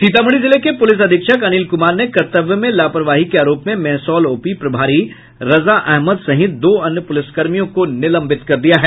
सीतामढ़ी जिले के पुलिस अधीक्षक अनिल कुमार ने कर्तव्य में लापरवाही के आरोप में मेहसौल ओपी प्रभारी रजा अहमद सहित दो अन्य पुलिसकर्मियों को निलंबित कर दिया है